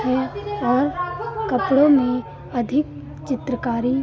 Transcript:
है और कपड़ों में अधिक चित्रकारी